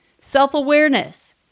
self-awareness